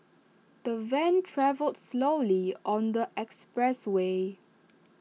the van travelled slowly on the expressway